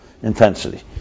intensity